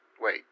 wait